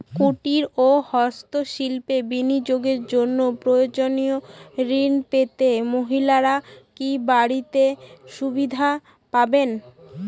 কুটীর ও হস্ত শিল্পে বিনিয়োগের জন্য প্রয়োজনীয় ঋণ পেতে মহিলারা কি বাড়তি সুবিধে পাবেন?